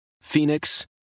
Phoenix